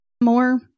more